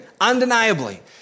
undeniably